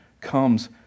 comes